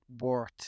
worth